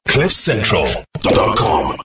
Cliffcentral.com